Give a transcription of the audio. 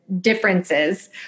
differences